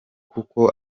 kuko